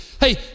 hey